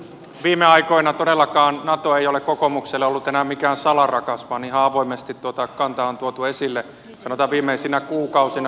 viime aikoina todellakaan nato ei ole kokoomukselle ollut enää mikään salarakas vaan ihan avoimesti tuota kantaa on tuotu esille sanotaan viimeisinä kuukausina